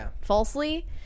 falsely